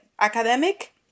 academic